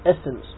essence